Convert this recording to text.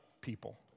people